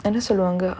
and it's a longer